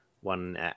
one